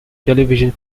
television